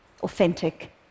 authentic